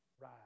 right